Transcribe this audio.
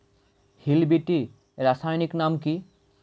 Hill বিটি রাসায়নিক নাম কি?